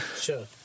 sure